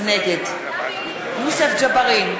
נגד יוסף ג'בארין,